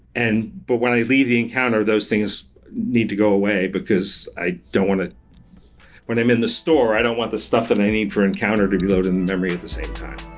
and but when i leave the encounter, those things need to go away, because i don't want to when i'm in the store, i don't want the stuff that i need for encounter to be loaded in-memory at the same time.